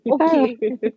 okay